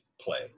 play